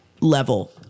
level